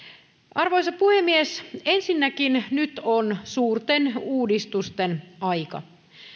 arvoisa puhemies ensinnäkin nyt on suurten uudistusten aika